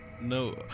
no